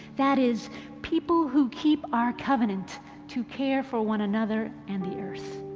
that is people who keep our covenant to care for one another and the earth.